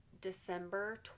December